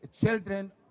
children